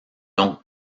donc